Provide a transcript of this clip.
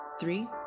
three